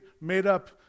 made-up